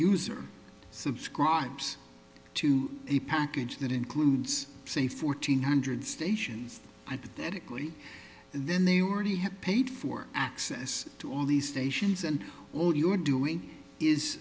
user subscribes to the package that includes say fourteen hundred stations i think that then they were to have paid for access to all these stations and all you're doing is